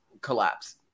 collapse